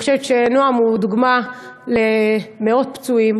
אני חושבת שנועם הוא דוגמה למאות פצועים